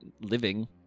living